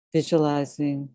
visualizing